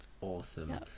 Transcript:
Awesome